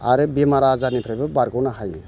आरो बेमार आजारनिफ्रायबो बारग'नो हायो